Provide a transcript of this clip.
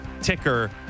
ticker